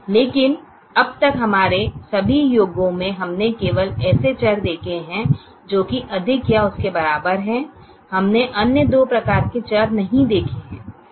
लेकिन अब तक हमारे सभी योगों में हमने केवल ऐसे चर देखे हैं जो की अधिक या उसके बराबर हैं हमने अन्य दो प्रकार के चर नहीं देखे हैं